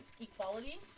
equality